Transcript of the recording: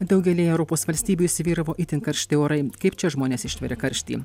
daugelyje europos valstybių įsivyravo itin karšti orai kaip čia žmonės ištveria karštį